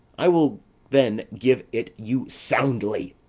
i will then give it you soundly.